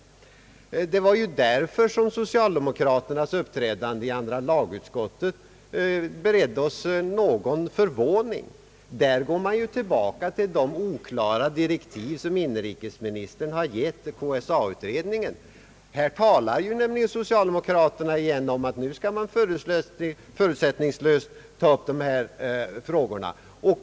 Det var därför som socialdemokraternas uppträdande i andra lagutskottet något förvånade oss. Där går de tillbaka till de oklara direktiv som inrikesministern har gett KSA-utredningen. Socialdemokraterna talar nämligen åter om att nu skall man förutsättningslöst ta upp dessa frågor.